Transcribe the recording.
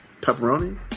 pepperoni